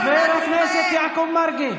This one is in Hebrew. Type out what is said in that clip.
חבר הכנסת יעקב מרגי.